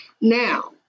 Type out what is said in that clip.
now